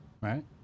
Right